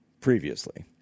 previously